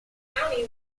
capital